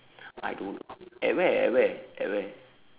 I don't know at where at where at where